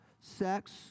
sex